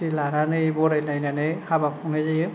party लानानै बरायलायनानै हाबा खुंनाय जायो